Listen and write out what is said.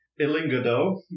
Ilingado